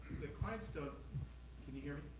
clients don't can you hear